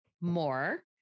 more